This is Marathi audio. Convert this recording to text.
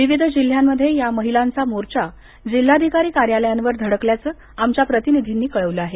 विविध जिल्ह्यांमध्ये या महिलांचा मोर्चा जिल्हाधिकारी कार्यालयावर धडकल्याचं आमच्या प्रतिनिधींनी कळवलं आहे